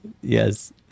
Yes